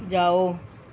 ਜਾਓ